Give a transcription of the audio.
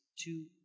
two